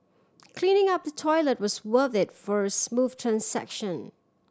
cleaning up the toilet was worth it for a smooth transaction